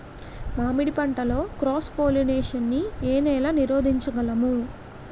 మామిడి పంటలో cross pollination నీ ఏల నీరోధించగలము?